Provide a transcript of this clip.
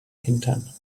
hintern